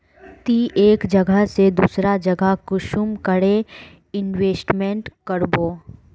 ती एक जगह से दूसरा जगह कुंसम करे इन्वेस्टमेंट करबो?